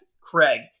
Craig